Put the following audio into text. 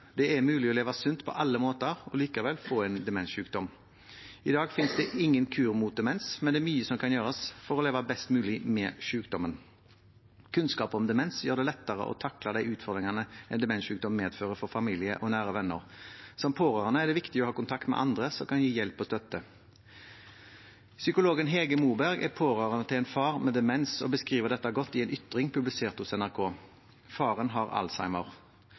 Det er mulig å leve sunt på alle måter og likevel få en demenssykdom. I dag finnes det ingen kur mot demens, men det er mye som kan gjøres for å leve best mulig med sykdommen. Kunnskap om demens gjør det lettere å takle de utfordringene en demenssykdom medfører for familie og nære venner. Som pårørende er det viktig å ha kontakt med andre som kan gi hjelp og støtte. Psykologen Hege Moberg er pårørende til en far med demens og beskriver dette godt i en Ytring publisert hos NRK. Faren har